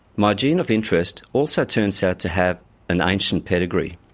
my gene of interest also turns out to have an ancient pedigree.